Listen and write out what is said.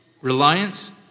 Reliance